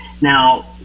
Now